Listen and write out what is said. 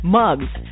mugs